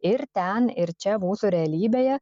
ir ten ir čia mūsų realybėje